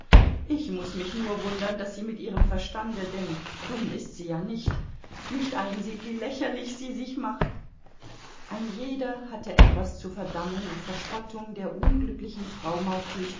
ich muß mich nur wundern daß sie mit ihrem verstande denn dumm ist sie ja nicht nicht einsieht wie lächerlich sie sich macht ein jeder hatte etwas zur verdammung und verspottung der unglücklichen frau